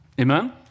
amen